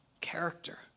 character